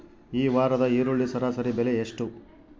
ಈ ವಾರದ ಈರುಳ್ಳಿ ಸರಾಸರಿ ಬೆಲೆ ಎಷ್ಟು?